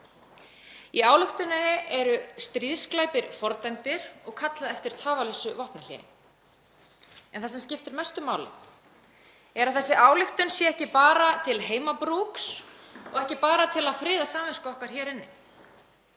Í ályktuninni eru stríðsglæpir fordæmdir og kallað eftir tafarlausu vopnahléi. En það sem skiptir mestu máli er að þessi ályktun sé ekki bara til heimabrúks og ekki bara til að friða samvisku okkar hér inni.